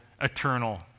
eternal